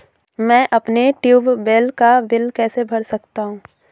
मैं अपने ट्यूबवेल का बिल कैसे भर सकता हूँ?